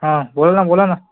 हां बोल नं बोला ना